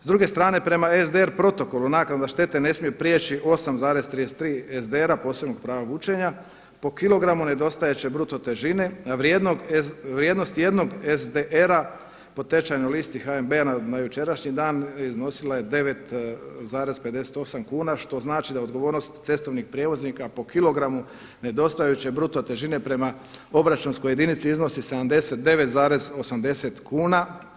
S druge strane, prema SDR protokolu naknade štete ne smije prijeći 8,33 SDR-a posebnog prava vučenja po kilogramu nedostajeće bruto težine vrijednosti jednog SDR-a po tečajnoj listi HNB-a na jučerašnji dan iznosila je 9,58 kuna što znači da odgovornost cestovnih prijevoznika po kilogramu nedostajeće bruto težine prema obračunskoj jedinici iznosi 79,80 kuna.